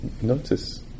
notice